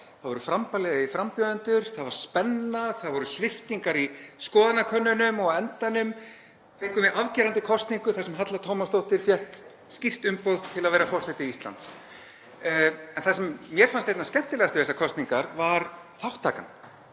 Það voru frambærilegir frambjóðendur, það var spenna, það voru sviptingar í skoðanakönnunum og á endanum fengum við afgerandi kosningu þar sem Halla Tómasdóttir fékk skýrt umboð til að vera forseti Íslands. En það sem mér fannst einna skemmtilegast við þessar kosningar var þátttakan.